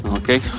Okay